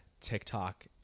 TikTok